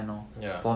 ya